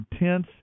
intense